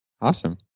Awesome